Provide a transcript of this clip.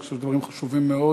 אני חושב שאלה דברים חשובים מאוד